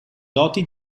doti